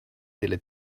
delle